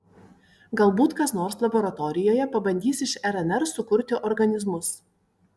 galbūt kas nors laboratorijoje pabandys iš rnr sukurti organizmus